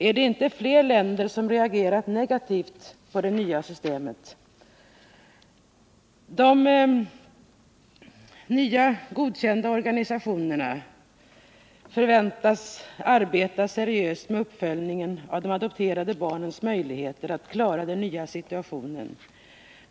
Är det inte fler länder som har reagerat negativt på det adoptioner De nya godkända organisationerna förväntas arbeta seriöst med uppfölj ningen av de adopterade barnens möjligheter att klara den nya situationen.